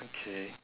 okay